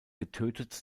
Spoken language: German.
getötet